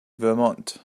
vermont